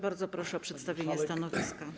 Bardzo proszę o przedstawienie stanowiska.